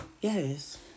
Yes